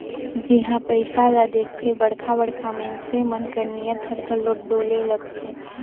जिहां पइसा ल देखथे बड़खा बड़खा मइनसे मन कर नीयत हर घलो डोले लगथे